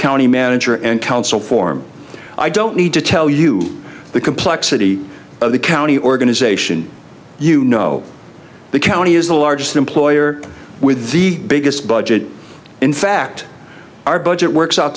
county manager and council form i don't need to tell you the complexity of the county organization you know the county is the largest employer with the biggest budget in fact our budget works out